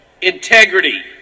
Integrity